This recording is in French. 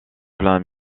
plein